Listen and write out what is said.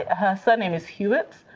ah her surname is hewitt.